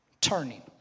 turning